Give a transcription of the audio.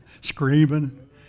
screaming